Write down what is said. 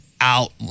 out